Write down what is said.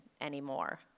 anymore